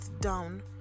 down